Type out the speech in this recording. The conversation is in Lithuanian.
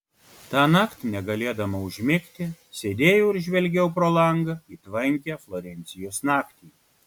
tąnakt negalėdama užmigti sėdėjau ir žvelgiau pro langą į tvankią florencijos naktį